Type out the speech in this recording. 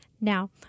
Now